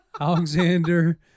Alexander